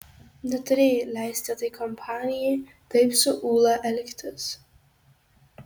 neturėjai leisti tai kompanijai taip su ūla elgtis